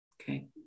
Okay